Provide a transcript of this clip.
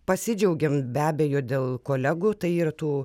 pasidžiaugiam be abejo dėl kolegų tai ir tų